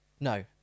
No